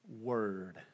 word